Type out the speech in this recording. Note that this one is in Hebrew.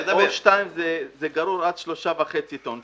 זה גרור עד 3.5 טון.